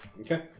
Okay